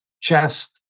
chest